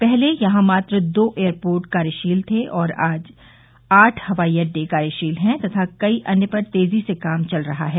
पहले यहां मात्र दो एयरपोर्ट कार्यशील थे और आज आठ हवाई अड्डे कार्यशील है तथा कई अन्य पर तेजी से कार्य चल रहा है